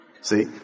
See